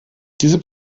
diese